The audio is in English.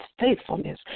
faithfulness